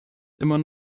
immer